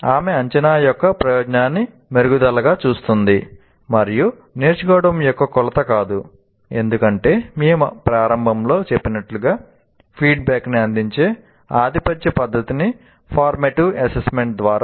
ఆమె అంచనా యొక్క ప్రయోజనాన్ని మెరుగుదలగా చూస్తుంది మరియు నేర్చుకోవడం యొక్క కొలత కాదు ఎందుకంటే మేము ప్రారంభంలో చెప్పినట్లుగా ఫీడ్ బ్యాక్ న్ని అందించే ఆధిపత్య పద్ధతి ఫార్మేటివ్ అసెస్మెంట్ ద్వారా